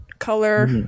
color